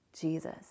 Jesus